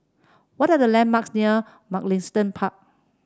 what are the landmarks near Mugliston Park